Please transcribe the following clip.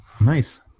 Nice